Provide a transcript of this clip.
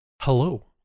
Hello